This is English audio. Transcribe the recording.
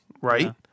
right